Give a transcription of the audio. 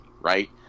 right